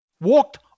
Walked